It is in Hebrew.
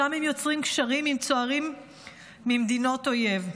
שם הם יוצרים קשרים עם צוערים ממדינות אויב.